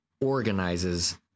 organizes